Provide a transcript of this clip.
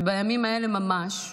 ובימים האלה ממש הילדים,